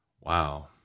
Wow